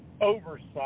oversight